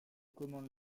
commande